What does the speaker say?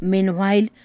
Meanwhile